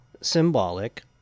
symbolic